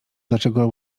dlaczego